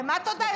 מה תודה?